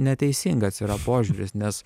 neteisingas yra požiūris nes